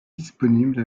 disponible